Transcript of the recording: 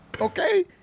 okay